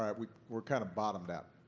right, we're we're kind of bottomed out,